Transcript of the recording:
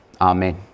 Amen